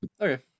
Okay